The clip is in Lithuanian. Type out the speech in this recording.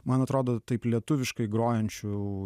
man atrodo taip lietuviškai grojančių